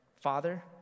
father